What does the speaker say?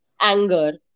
anger